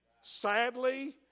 Sadly